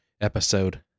episode